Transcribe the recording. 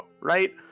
right